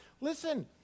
Listen